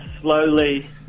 slowly